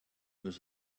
was